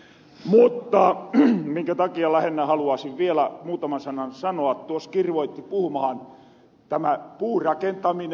mutta se minkä takia lähinnä haluaasin vielä muutaman sanan sanoa on se että tuos kirvoitti puhumahan tämä puurakentaminen